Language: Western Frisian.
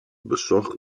besocht